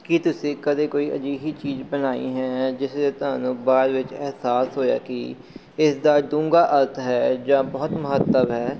ਕੀ ਤੁਸੀਂ ਕਦੇ ਕੋਈ ਅਜਿਹੀ ਚੀਜ਼ ਬਣਾਈ ਹੈ ਜਿਸ ਦੇ ਤੁਹਾਨੂੰ ਬਾਅਦ ਵਿੱਚ ਅਹਿਸਾਸ ਹੋਇਆ ਕਿ ਇਸ ਦਾ ਡੂੰਘਾ ਅਰਥ ਹੈ ਜਾਂ ਬਹੁਤ ਮਹੱਤਵ ਹੈ